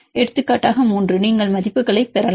எடுத்துக்காட்டாக 3 3 நீங்கள் மதிப்புகளைப் பெறலாம்